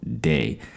day